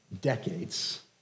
decades